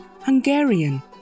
Hungarian